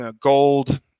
gold